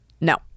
no